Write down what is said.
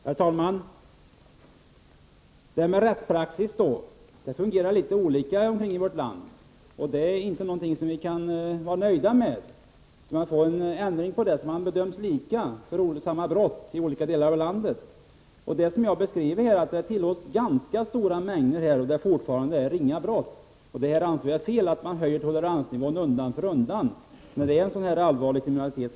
Herr talman! Rättspraxis fungerar litet olika i vårt land, och det kan vi inte vara nöjda med. Det måste göras en ändring så att samma brott bedöms lika i olika delar av landet. Som jag har beskrivit, betraktas innehav av ganska stora mängder narkotika fortfarande som ringa brott. Det är fel att höja toleransnivån undan för undan, när det är fråga om så allvarlig kriminalitet.